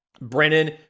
Brennan